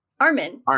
Armin